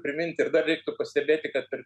priminti ir dar reiktų pastebėti kad per